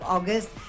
August